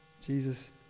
Jesus